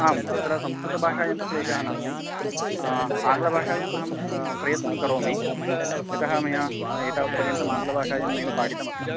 आम् अत्र संस्कृतभाषायान्तु क्लेशः नास्ति आङ्ग्लभाषायाम् अहं प्रयत्नं करोमि यतः मया एतावत्पर्यन्तम् आङ्ग्लभाषायां नैव पाठितमस्ति